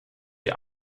die